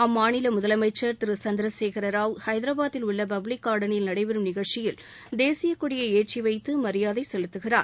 அம்மாநில முதலமைச்சர் திரு சந்திரசேகர் ராவ் ஹைதராபாதில் உள்ள பப்ளிக் கார்டனில் நடைபெறும் நிகழ்ச்சியில் தேசியக்கொடியை ஏற்றிவைத்து மரியாதை செலுத்துகிறார்